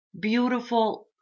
beautiful